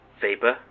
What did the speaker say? Vapor